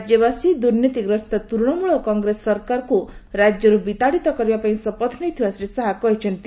ରାଜ୍ୟବାସୀ ଦୁର୍ନୀତିଗ୍ରସ୍ତ ତୃଣମୂଳ କଂଗ୍ରେସ ସରକାରକୁ ରାଜ୍ୟରୁ ବିତାଡ଼ିତ କରିବାପାଇଁ ଶପଥ ନେଇଥିବା ଶ୍ରୀ ଶାହା କହିଛନ୍ତି